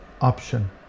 option